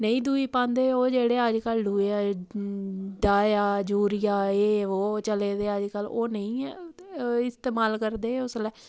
नेईं दूई पांदे अज्जकल डाया जूरिया ऐ वो चलेदे अज्जकल ओह् नेईं ऐ इस्तेमाल करदे उसलै